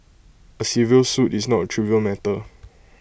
A civil suit is not A trivial matter